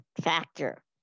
factor